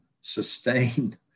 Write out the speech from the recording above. sustain